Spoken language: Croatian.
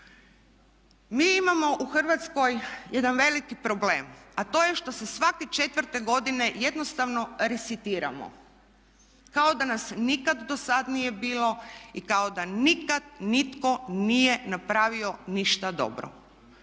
Mi imamo u Hrvatskoj jedan veliki problem a to je što se svake 4.-te godine jednostavno resetiramo kao da nas nikada do sada bilo i kao da nikad nitko nije napravio ništa dobro.